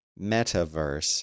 metaverse